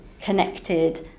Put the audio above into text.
connected